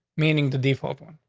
meaning the default one.